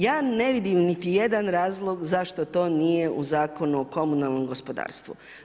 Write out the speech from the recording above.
Ja ne vidim niti jedan razlog zašto to nije u Zakonu o komunalnom gospodarstvu.